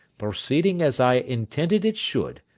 proceeding as i intended it should,